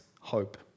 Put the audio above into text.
hope